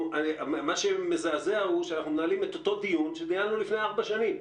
מה שמזעזע הוא שאנחנו מנהלים את אותו דיון שניהלנו לפני ארבע שנים.